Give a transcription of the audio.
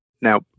Now